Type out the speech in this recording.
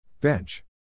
Bench